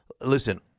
listen